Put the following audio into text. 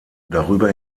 darüber